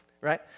right